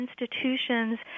institutions